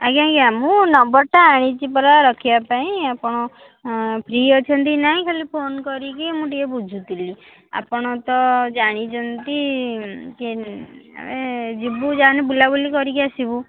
ଆଜ୍ଞା ଆଜ୍ଞା ମୁଁ ନମ୍ବରଟା ଆଣିଛି ପରା ରଖିବାପାଇଁ ଆପଣ ଅଁ ଫ୍ରୀ ଅଛନ୍ତି କି ନାଇଁ ଖାଲି ଫୋନ୍ କରିକି ମୁଁ ଟିକିଏ ବୁଝୁଥିଲି ଆପଣ ତ ଜାଣିଛନ୍ତି ଆମେ ଯିବୁ ବୁଲାବୁଲି କରିକି ଆସିବୁ